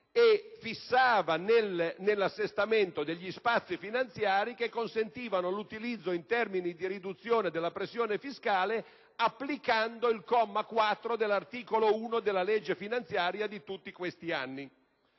e fissava nell'assestamento degli spazi finanziari che consentivano l'utilizzo in termini di riduzione della pressione fiscale applicando il comma 4 dell'articolo 1 della legge finanziaria di tutti quegli anni.